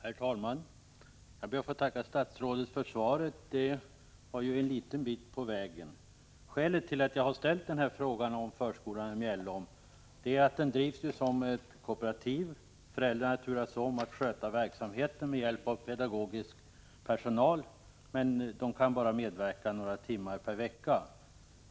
Herr talman! Jag ber att få tacka statsrådet för svaret — det var ju en liten bit på väg. Skälet till att jag har ställt den här frågan om förskolan i Mjällom är att den drivs som ett kooperativ — föräldrarna turas om att sköta verksamheten med hjälp av pedagogisk personal, som emellertid kan medverka endast några timmar per vecka.